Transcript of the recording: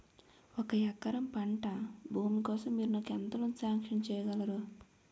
ఒక ఎకరం పంట భూమి కోసం మీరు నాకు ఎంత లోన్ సాంక్షన్ చేయగలరు?